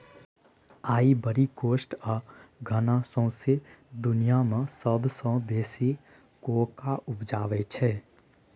Ivory Coast आ Ghana सौंसे दुनियाँ मे सबसँ बेसी कोकोआ उपजाबै छै